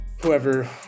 Whoever